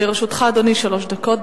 לרשותך, אדוני, שלוש דקות.